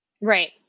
Right